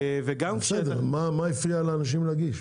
בסדר, מה הפריע לאנשים להגיש?